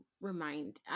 remind